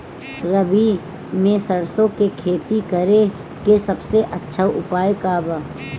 रबी में सरसो के खेती करे के सबसे अच्छा उपाय का बा?